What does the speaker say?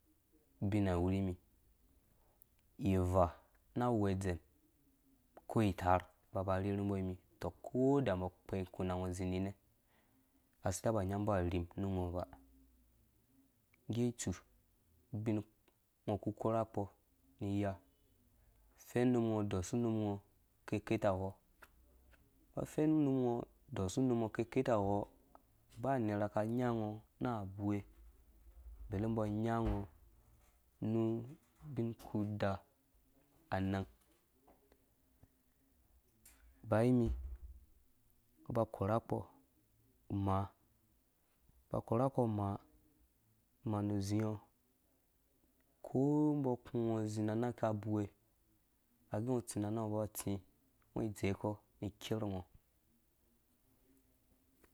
Bina wunimi ivea na ngwashedem ko itarh ba ba rherhu mba ni mi tɔh koda mbɔ kpɛ̃kunangɔ ku zĩ ninɛ asi taba nga mbɔ artim nu ngɔ ba ngge tsu ubin ngɔ mbɔ ku korha kponi iya fennum ngɔ dɔsu unum ngɔ keketawɔ ba fennum ngɔ o su umum ngɔ keketewa ba nerha ka nya ngɔ na abuwe bele imbɔ nya ngɔ na ubin ku a maa ba korha kpɔ maa manuzĩ ngɔ ko mzɔ ku ngɔ zi na nang ka bewe agɛ ngɔ tsi na nangha ba tsi ngɔ dekɔ ni kerngɔ.